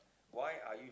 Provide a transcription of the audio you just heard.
why are you